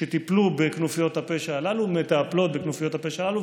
אותן יחידות שטיפלו בכנופיות הפשע הללו מטפלות בכנופיות הפשע הללו,